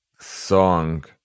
song